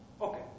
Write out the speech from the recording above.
Okay